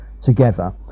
together